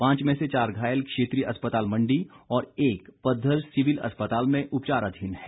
पांच में से चार घायल क्षेत्रीय अस्पताल मंडी और एक पधर सिविल अस्पताल में उपचाराधीन है